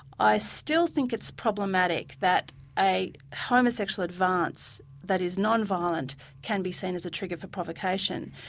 i still think it's problematic that a homosexual advance that is non-violent can be seen as a trigger for provocation.